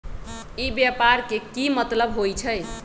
ई व्यापार के की मतलब होई छई?